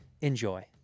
Enjoy